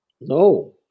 No